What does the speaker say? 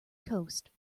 coast